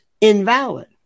invalid